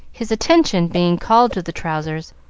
his attention being called to the trousers,